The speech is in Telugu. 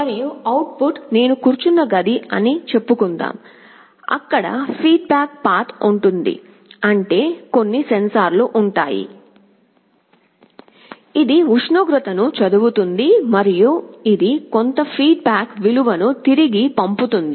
మరియు అవుట్ పుట్ నేను కూర్చున్న గదిని చెప్పుకుందాం అక్కడ ఫీడ్ బ్యాక్ పాత్ ఉంటుంది అంటే కొన్ని సెన్సార్లు ఉంటాయి ఇది ఉష్ణోగ్రతను చదువుతుంది మరియు ఇది కొంత ఫీడ్ బ్యాక్ విలువను తిరిగి పంపుతుంది